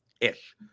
Ish